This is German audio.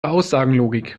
aussagenlogik